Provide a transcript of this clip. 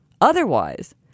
Otherwise